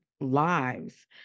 lives